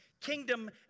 kingdom